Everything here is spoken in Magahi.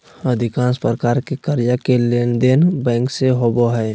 अधिकांश प्रकार के कर्जा के लेनदेन बैंक से होबो हइ